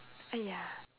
!aiya!